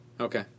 Okay